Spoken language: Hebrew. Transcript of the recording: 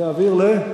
להעביר ל-?